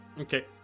okay